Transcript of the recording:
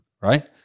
right